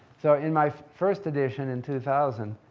so, in my first edition, in two thousand,